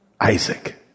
Isaac